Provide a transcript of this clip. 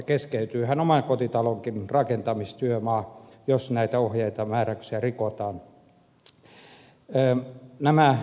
keskeytyyhän omakotitalonkin rakentamistyömaa jos näitä ohjeita ja määräyksiä rikotaan